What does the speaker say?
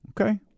Okay